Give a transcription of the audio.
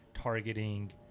targeting